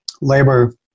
labor